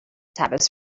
tavis